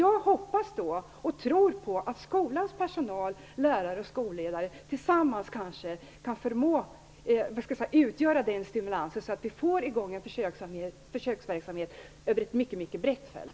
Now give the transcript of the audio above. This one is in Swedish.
Jag hoppas och tror på att skolans personal, lärare och skolledare tillsammans kan utgöra en stimulans så att det kommer i gång en försöksverksamhet över ett mycket brett fält.